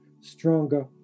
stronger